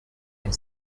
and